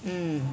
mm